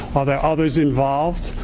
are there others involved?